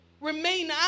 remain